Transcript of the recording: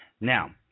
Now